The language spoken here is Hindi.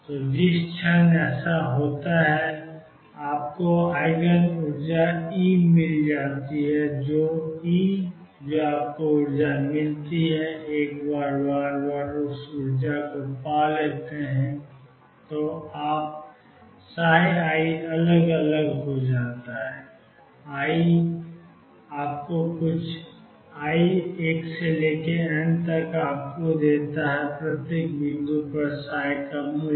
तो जिस क्षण ऐसा होता है आपको ईजिन ऊर्जा ई मिल गई है जो भी ई जो आपकी उस ऊर्जा के लिए होती है और एक बार जब आप उस ऊर्जा को पा लेते हैं तो आपने iअलग अलग पाया है i1⋅⋅⋅⋅N आपको देता है प्रत्येक बिंदु पर का मूल्य